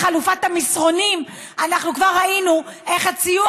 מחלופת המסרונים אנחנו כבר ראינו איך הסיפור,